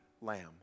lamb